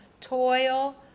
toil